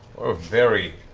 or very,